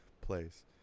place